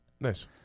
Nice